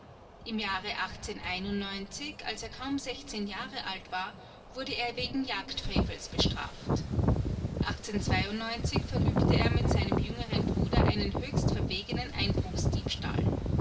im jahre als er kaum jahre alt war wurde er wegen jagdfrevels bestraft verübte er mit seinem jüngeren bruder einen höchst verwegenen